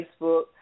Facebook